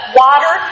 water